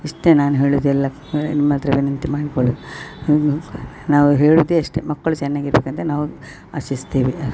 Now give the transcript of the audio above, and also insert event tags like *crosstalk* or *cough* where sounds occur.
ಇಷ್ಟೇ ನಾನು ಹೇಳುದೆಲ್ಲ *unintelligible* ನಿಮ್ಮ ಹತ್ರ ವಿನಂತಿ ಮಾಡಿಕೊಳ್ಳುದು *unintelligible* ನಾವು ಹೇಳುದೆ ಅಷ್ಟೇ ಮಕ್ಕಳು ಚೆನ್ನಾಗಿ ಇರಬೇಕಂತ ನಾವು ಆಶಿಸ್ತೇವೆ